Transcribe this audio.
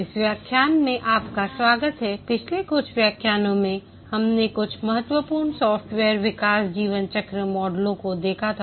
इस व्याख्यान में आपका स्वागत है पिछले कुछ व्याख्यानों में हमने कुछ महत्वपूर्ण सॉफ्टवेयर विकास जीवनचक्र मॉडलों को देखा था